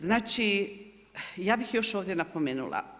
Znači ja bi još ovdje napomenula.